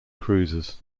cruises